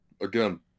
again